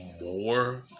more